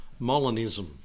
Molinism